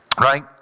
Right